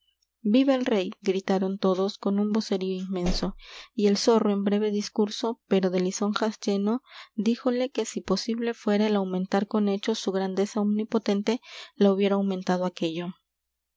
viva el rey i gritaron todos con un vocerío inmenso y el zorro en breve discurso pero de lisonjas lleno díjole que si posible fuera el aumentar con hechos su grandeza omnipotente la hubiera aumentado aquello